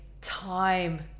time